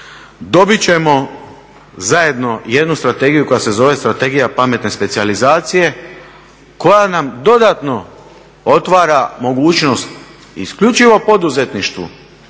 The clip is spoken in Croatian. dobit ćemo zajedno jednu strategiju koja se zove strategija pametne specijalizacije koja nam dodatno otvara mogućnost isključivo poduzetništvu,